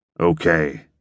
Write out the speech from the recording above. Okay